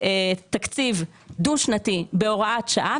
תקציב דו שנתי בהוראת שעה,